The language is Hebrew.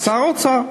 שר האוצר.